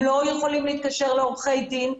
הם לא יכולים להתקשר לעורכי הדין שלהם,